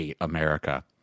America